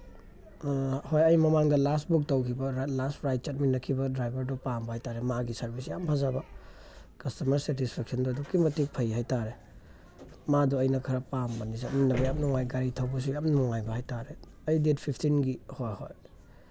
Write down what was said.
ꯍꯣꯏ ꯑꯩ ꯃꯃꯥꯡꯗ ꯂꯥꯁ ꯕꯨꯛ ꯇꯧꯈꯤꯕ ꯂꯥꯁ ꯔꯥꯏꯠ ꯆꯠꯃꯤꯟꯅꯈꯤꯕ ꯗ꯭ꯔꯥꯏꯚꯔꯗꯣ ꯄꯥꯝꯕ ꯍꯥꯏꯇꯥꯔꯦ ꯃꯥꯒꯤ ꯁꯥꯔꯚꯤꯁ ꯌꯥꯝ ꯐꯖꯕ ꯀꯁꯇꯃꯔ ꯁꯦꯇꯤꯁꯐꯦꯛꯁꯟꯗꯣ ꯑꯗꯨꯛꯀꯤ ꯃꯇꯤꯛ ꯐꯩ ꯍꯥꯏ ꯇꯥꯔꯦ ꯃꯥꯗꯣ ꯑꯩꯅ ꯈꯔ ꯄꯥꯝꯕꯅꯤ ꯆꯠꯃꯤꯟꯅꯕ ꯌꯥꯝ ꯅꯨꯡꯉꯥꯏ ꯒꯥꯔꯤ ꯊꯧꯕꯁꯨ ꯌꯥꯝ ꯅꯨꯡꯉꯥꯏꯕ ꯍꯥꯏ ꯇꯥꯔꯦ ꯑꯩ ꯗꯦꯠ ꯐꯤꯞꯇꯤꯟꯒꯤ ꯍꯣꯏ ꯍꯣꯏ